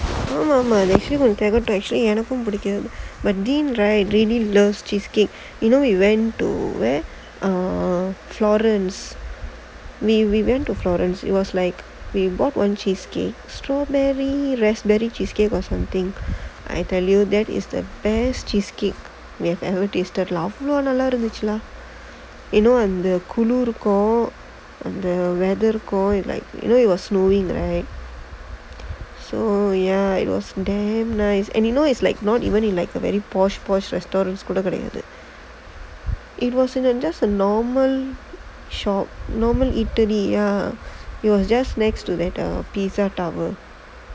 malaysia கொஞ்சம் திகட்டம்:konjam thigattum actually எனக்கும் பிடிக்காது:enakkum pidikaathu elephant again but deemed right really loves cheesecake you know you went to where err florence we went to florence it was like we bought one cheesecake strawberry raspberry cheesecake or something I tell you that is the best cheesecake we ever tasted lah அவ்ளோ நல்லா இருந்துச்சு:avlo nallaa irunthuchu lah you know the அந்த குளிருக்கும் அந்த:antha kulirukkum antha weather you know it was snowing so ya it was damn nice and you know it was not in a posh posh restaurant it was just a normal shop it was just next to pizza tower